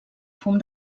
fum